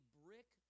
brick